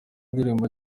indirimbo